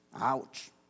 Ouch